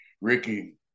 Ricky